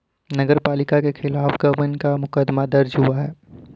नगर पालिका के खिलाफ गबन का मुकदमा दर्ज हुआ है